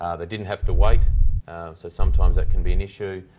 they didn't have to wait so sometimes that can be an issue.